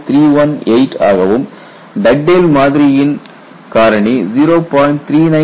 318 ஆகவும் டக்டேல் மாதிரியின் Dugdale's model காரணி 0